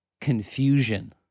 confusion